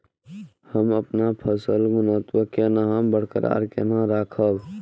हम अपन फसल गुणवत्ता केना बरकरार केना राखब?